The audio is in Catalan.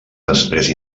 després